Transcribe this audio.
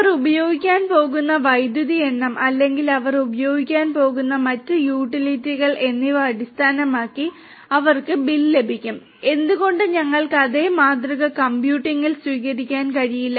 അവർ ഉപയോഗിക്കാൻ പോകുന്ന വൈദ്യുതിയുടെ എണ്ണം അല്ലെങ്കിൽ അവർ ഉപയോഗിക്കാൻ പോകുന്ന മറ്റ് യൂട്ടിലിറ്റികൾ എന്നിവ അടിസ്ഥാനമാക്കി അവർക്ക് ബിൽ ലഭിക്കും എന്തുകൊണ്ട് ഞങ്ങൾക്ക് അതേ മാതൃക കമ്പ്യൂട്ടിംഗിൽ സ്വീകരിക്കാൻ കഴിയില്ല